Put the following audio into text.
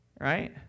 Right